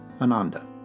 Ananda